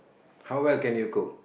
how well can you cook